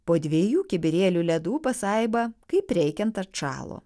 po dviejų kibirėlių ledų pasaiba kaip reikiant atšalo